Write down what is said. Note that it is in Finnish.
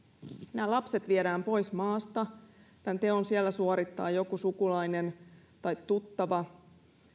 nämä lapset viedään pois maasta tämän teon siellä suorittaa joku sukulainen tai tuttava